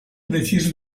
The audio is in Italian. deciso